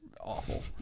awful